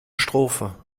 strophe